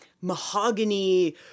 mahogany